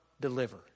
deliver